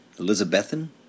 Elizabethan